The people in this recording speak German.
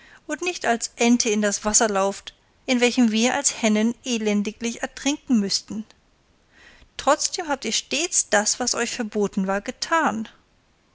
und nicht als ente in das wasser lauft in welchem wir als hennen elendiglich ertrinken müßten trotzdem habt ihr stets das was euch verboten war getan